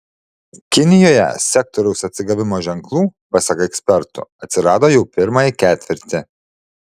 kinijoje sektoriaus atsigavimo ženklų pasak ekspertų atsirado jau pirmąjį ketvirtį